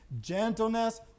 gentleness